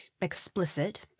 explicit